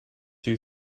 you